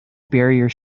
barrier